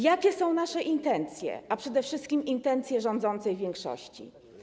Jakie są nasze intencje, a przede wszystkim intencje rządzącej większości?